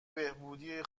بهبودی